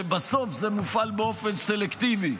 שבסוף זה מופעל באופן סלקטיבי,